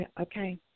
Okay